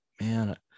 man